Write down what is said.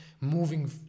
moving